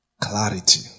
Clarity